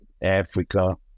Africa